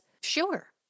Sure